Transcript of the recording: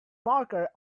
marker